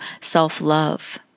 self-love